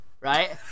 right